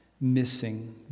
missing